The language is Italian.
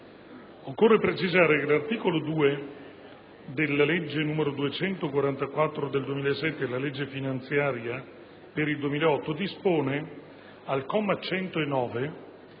Occorre precisare che l'articolo 2 della legge n. 244 del 2007 (la legge finanziaria per il 2008) dispone, al comma 109, per